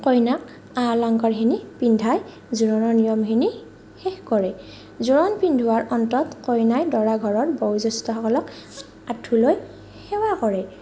কইনাক আ অলংকাৰখিনি পিন্ধাই জোৰোণৰ নিয়মখিনি শেষ কৰে জোৰোণ পিন্ধোৱাৰ অন্তত কইনাৰ দৰা ঘৰৰ জ্যেষ্ঠসকলক আঁঠু লৈ সেৱা কৰে